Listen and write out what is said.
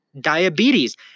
Diabetes